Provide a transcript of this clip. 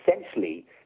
essentially